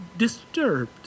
disturbed